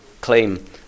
claim